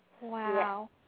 Wow